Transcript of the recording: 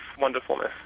wonderfulness